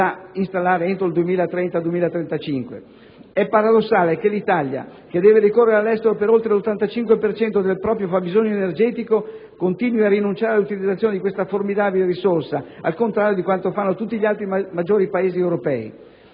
È paradossale che l'Italia, che deve ricorrere all'estero per oltre l'85 per cento del proprio fabbisogno energetico, continui a rinunciare all'utilizzazione di questa formidabile risorsa, al contrario di quanto fanno tutti gli altri maggiori Paesi europei.